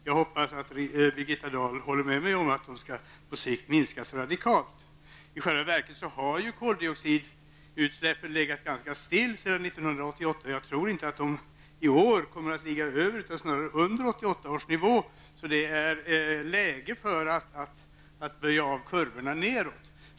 Jag hoppas att Birgitta Dahl håller med mig om att de på sikt skall minskas radikalt. I själva verket har koldioxidutsläppen legat ganska stilla sedan 1988. Jag tror inte att de i år kommer att ligga över utan snarare under 1988 års nivå, så det är läge för att böja av kurvorna nedåt.